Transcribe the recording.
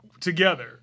together